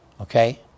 Okay